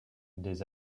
des